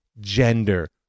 gender